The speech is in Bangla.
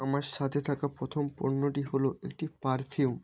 আমার সাথে থাকা প্রথম পণ্যটি হলো একটি পারফিউম